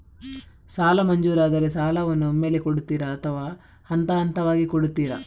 ಸಾಲ ಮಂಜೂರಾದರೆ ಸಾಲವನ್ನು ಒಮ್ಮೆಲೇ ಕೊಡುತ್ತೀರಾ ಅಥವಾ ಹಂತಹಂತವಾಗಿ ಕೊಡುತ್ತೀರಾ?